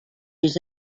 his